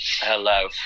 Hello